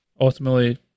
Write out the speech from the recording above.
ultimately